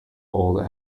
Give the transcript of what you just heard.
old